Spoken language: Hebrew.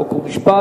חוק ומשפט.